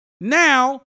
Now